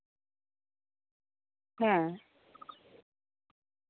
ᱦᱮᱸ